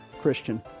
Christian